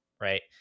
right